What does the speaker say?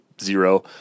zero